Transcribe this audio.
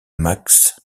max